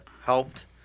helped